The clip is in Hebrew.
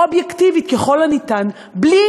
אובייקטיבי ככל האפשר, בלי